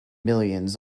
millions